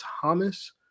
Thomas